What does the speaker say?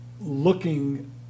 looking